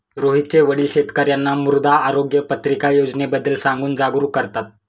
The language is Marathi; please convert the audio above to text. रोहितचे वडील शेतकर्यांना मृदा आरोग्य पत्रिका योजनेबद्दल सांगून जागरूक करतात